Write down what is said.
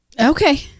Okay